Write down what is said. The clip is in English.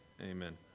Amen